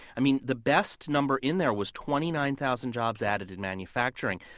i mean, the best number in there was twenty nine thousand jobs added in manufacturing.